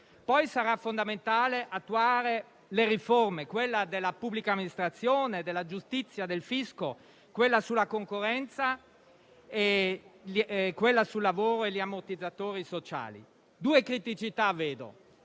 Poi sarà fondamentale attuare le riforme della pubblica amministrazione, della giustizia, del fisco, sulla concorrenza e sul lavoro e gli ammortizzatori sociali. Vedo due criticità: